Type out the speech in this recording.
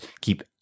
keep